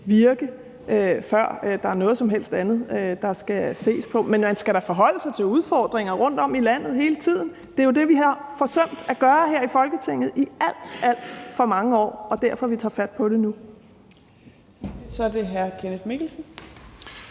virke, før der er noget som helst andet, der skal ses på. Men man skal da hele tiden forholde sig til udfordringer rundtom i landet. Det er jo det, vi har forsømt at gøre her i Folketinget i alt, alt for mange år, og det er derfor, vi tager fat på det nu. Kl. 14:10 Tredje næstformand